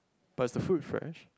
but is the fruit fresh